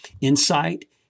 insight